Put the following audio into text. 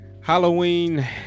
Halloween